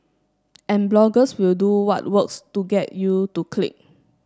and bloggers will do what works to get you to click